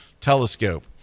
telescope